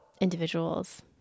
individuals